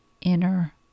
inner